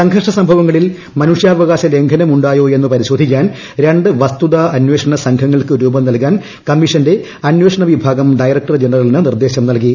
സംഘർഷ സംഭവങ്ങളിൽ മനുഷ്യാവകാശ ലംഘനം ഉണ്ടായോ എന്ന് പരിശോധിക്കാൻ രണ്ട് വസ്തുതാ അന്വേഷണ സംഘങ്ങൾക്ക് രൂപം നൽകാൻ കമ്മീഷന്റെ അന്വേഷണ വിഭാഗം ഡയറക്ടർ ജനറലിന് നിർദ്ദേശം നൽകി